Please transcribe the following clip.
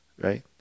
right